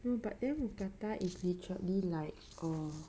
mm but mookata is literally like err